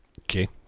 Okay